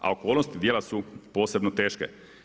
A okolnosti djela su posebno teške.